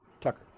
Tucker